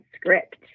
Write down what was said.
script